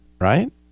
right